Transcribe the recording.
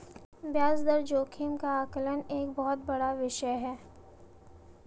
ब्याज दर जोखिम का आकलन एक बहुत बड़ा विषय है